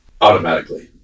automatically